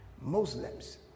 Muslims